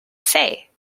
say